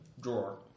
drawer